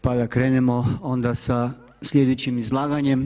Pa da krenemo onda sa sljedećim izlaganjem.